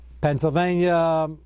Pennsylvania